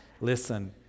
Listen